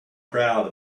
crowd